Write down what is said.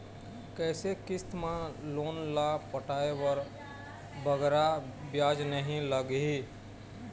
कइसे किस्त मा लोन ला पटाए बर बगरा ब्याज नहीं लगही?